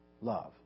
Love